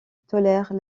tolère